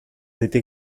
été